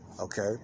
Okay